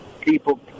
people